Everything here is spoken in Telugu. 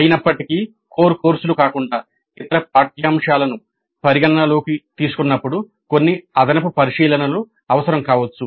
అయినప్పటికీ కోర్ కోర్సులు కాకుండా ఇతర పాఠ్యాంశాలను పరిగణనలోకి తీసుకున్నప్పుడు కొన్ని అదనపు పరిశీలనలు అవసరం కావచ్చు